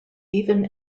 even